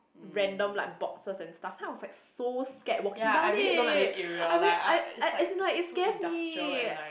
random like boxes and stuff then I was like so scared walking down it I really I I as in like it scares me